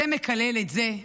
זה מקלל את זה,